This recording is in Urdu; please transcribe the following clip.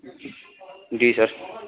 جی سر